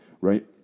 right